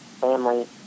family